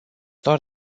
doar